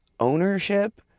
Ownership